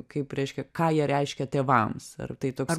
kaip reiškia ką jie reiškia tėvams ar tai toks